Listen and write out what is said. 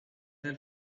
del